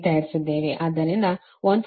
ಆದ್ದರಿಂದ 148